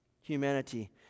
Humanity